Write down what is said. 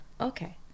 Okay